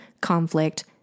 conflict